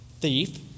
thief